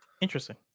Interesting